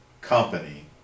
company